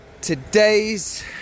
today's